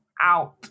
Out